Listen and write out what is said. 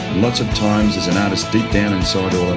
lots of times there's an artist deep down and so